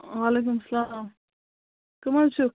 وعلیکُم سَلام کٕم حظ چھِو